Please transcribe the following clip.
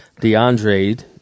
DeAndre